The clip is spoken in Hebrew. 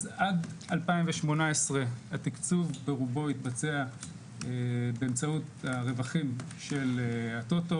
אז עד 2018 התקצוב ברובו התבצע באמצעות הרווחים של הטוטו